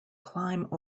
climb